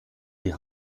die